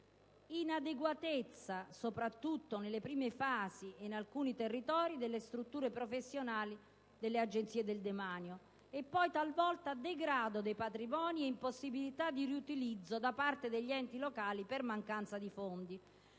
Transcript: inadeguatezza, soprattutto nelle prime fasi e in alcuni territori, della struttura professionale dell'Agenzia del demanio e, talvolta, degrado dei patrimoni e impossibilità di riutilizzo da parte degli enti locali per mancanza di fondi.